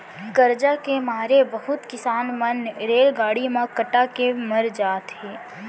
करजा के मारे बहुत किसान मन रेलगाड़ी म कटा के मर जाथें